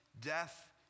Death